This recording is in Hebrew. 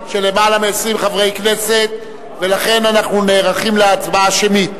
לא, אל תיעלב בשבילי.